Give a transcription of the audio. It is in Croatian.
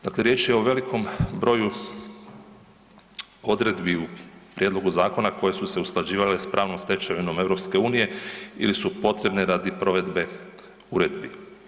Dakle, riječ je o velikom broju odredbi u prijedlogu zakona koje su se usklađivale s pravnom stečevinom EU ili su potrebne radi provedbe uredbi.